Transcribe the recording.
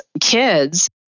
kids